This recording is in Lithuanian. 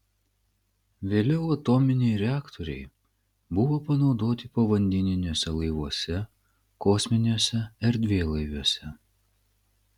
vėliau atominiai reaktoriai buvo panaudoti povandeniniuose laivuose kosminiuose erdvėlaiviuose